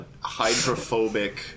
hydrophobic